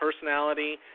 personality